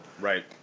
Right